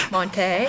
Monte